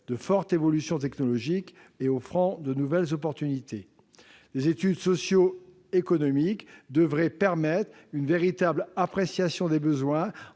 de forte évolution technologique, offrant de nouvelles opportunités. Des études socio-économiques devraient par ailleurs permettre une véritable appréciation des besoins